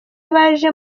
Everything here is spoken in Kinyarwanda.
baje